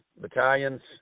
battalions